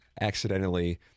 accidentally